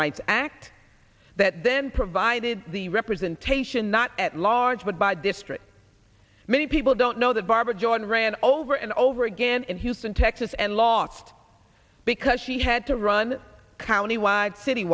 rights act that then provided the representation not at large but by district many people don't know that barbara jordan ran over and over again in houston texas and lost because she had to run county wide city